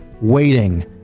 waiting